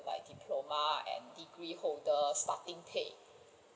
like diploma and degree holder starting pay